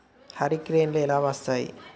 హరికేన్లు ఎలా వస్తాయి?